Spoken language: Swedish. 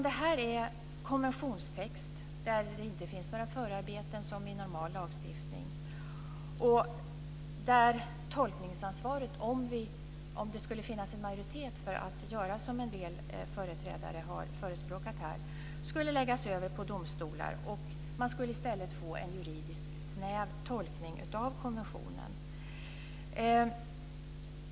Det här är konventionstext där det inte finns några förarbeten, som i normal lagstiftning, och där tolkningsansvaret, om det skulle finnas en majoritet för att göra som en del företrädare har förespråkat här, skulle läggas över på domstolar. Man skulle då i stället få en juridiskt snäv tolkning av konventionen.